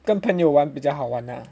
跟朋友玩比较好玩呢